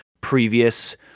previous